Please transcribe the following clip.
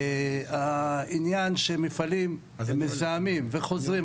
העניין שמפעלים מזהמים וחוזרים.